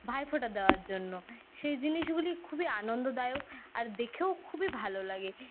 ভাইফোঁটা দেওয়ার জন্য সেই জিনিসগুলি খুবই আনন্দদায়ক আর দেখেও খুবই ভালো লাগে